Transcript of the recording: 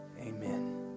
amen